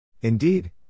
Indeed